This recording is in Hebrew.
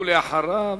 ואחריו,